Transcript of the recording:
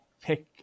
pick